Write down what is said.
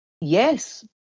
yes